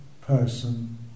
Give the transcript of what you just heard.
person